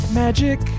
magic